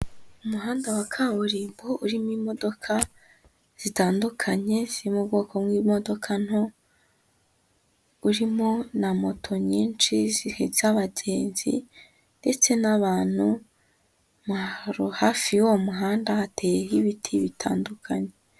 Umuhanda wa kaburimbo urimo imodoka zitandukanye, ziri mu bwoko bw'imodoka nto, urimo na moto nyinshi zihetse abagenzi ndetse n'abantu hafi y'uwo muhanda hateyeho ibiti bitandukanye.